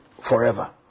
forever